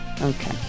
Okay